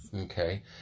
Okay